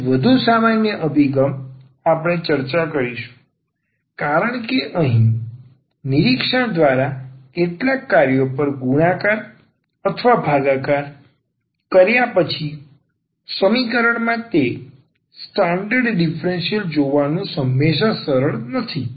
સહેજ વધુ સામાન્ય અભિગમ આપણે ચર્ચા કરીશું કારણ કે અહીં નિરીક્ષણ દ્વારા કેટલાક કાર્યો દ્વારા ગુણાકાર અથવા ભાગાકાર કર્યા પછી સમીકરણમાં તે સ્ટાન્ડર્ડ ડીફરન્સીયલ જોવાનું હંમેશાં સરળ નથી